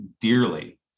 dearly